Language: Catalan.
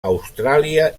austràlia